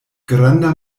granda